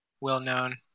well-known